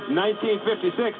1956